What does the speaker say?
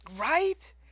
Right